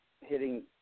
hitting